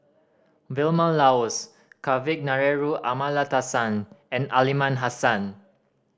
Vilma Laus Kavignareru Amallathasan and Aliman Hassan